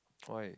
why